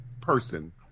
person